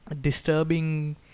disturbing